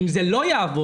אם זה לא יעבוד,